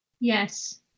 Yes